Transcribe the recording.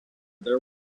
there